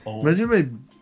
Imagine